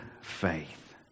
faith